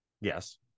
Yes